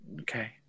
Okay